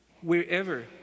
wherever